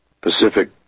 Pacific